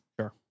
Sure